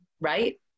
right